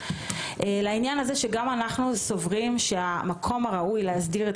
היא שאנחנו סוברים שהמקום הראוי להסדיר את